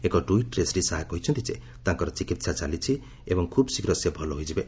ଏକ ଟ୍ୱିଟ୍ରେ ଶ୍ରୀ ଶାହା ଜଣାଇଛନ୍ତି ଯେ ତାଙ୍କର ଚିକିତ୍ସା ଚାଲିଛି ଏବଂ ଖୁବ୍ ଶୀଘ୍ର ସେ ଭଲ ହୋଇଯିବେ